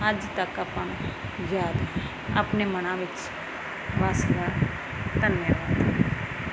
ਅੱਜ ਤੱਕ ਆਪਾਂ ਨੂੰ ਯਾਦ ਹੈ ਆਪਣੇ ਮਨਾਂ ਵਿੱਚ ਵੱਸਦਾ ਹੈ ਧੰਨਵਾਦ